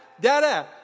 dada